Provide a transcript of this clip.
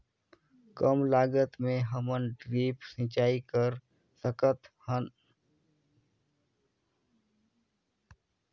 कम लागत मे हमन ड्रिप सिंचाई कर सकत हन?